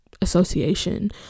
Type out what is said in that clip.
association